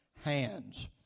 hands